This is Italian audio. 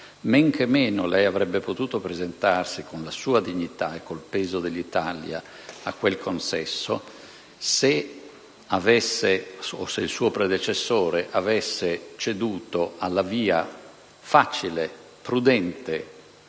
Men che meno lei avrebbe potuto presentarsi con la sua dignità e con il peso dell'Italia a quel consesso se il suo predecessore avesse ceduto alla via facile, prudente,